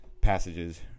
passages